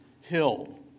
hill